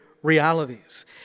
realities